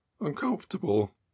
uncomfortable